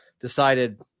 decided